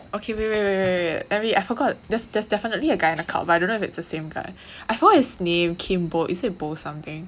okay wait wait wait wait wait let me I forgot there's there's definitely a guy and a cult I don't know if it's the same guy I forget his name is it something